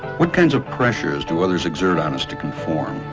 what kinds of pressures do others exert on us to conform,